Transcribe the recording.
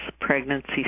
pregnancy